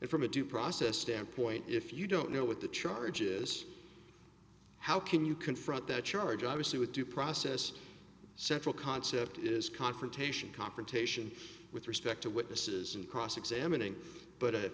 it from a due process standpoint if you don't know what the charges how can you confront that charge obviously with due process central concept is confrontation confrontation with respect to witnesses and cross examining but